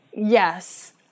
Yes